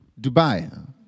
Dubai